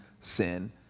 sin